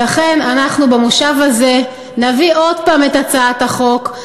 לכן אנחנו במושב הזה נביא עוד הפעם את הצעת החוק,